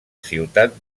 ciutat